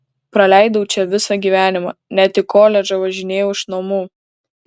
praleidau čia visą gyvenimą net į koledžą važinėjau iš namų